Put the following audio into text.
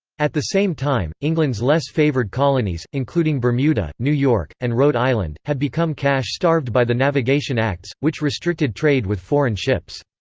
at the same time, england's less favored colonies, including bermuda, new york, and rhode island, had become cash-starved by the navigation acts, which restricted trade with foreign ships.